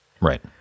Right